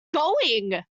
going